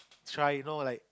try to like you know